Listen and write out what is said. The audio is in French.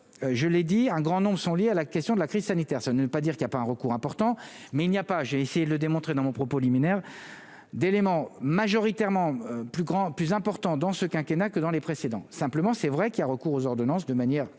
je l'ai dit, un grand nom sont liés à la question de la crise sanitaire, ça ne veut pas dire qu'il n'y a pas un recours important mais il n'y a pas, j'ai essayé le démontrer dans mon propos liminaire d'éléments majoritairement plus grand, plus important dans ce quinquennat que dans les précédents, simplement c'est vrai qu'il y a recours aux ordonnances de manière